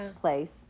place